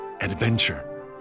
adventure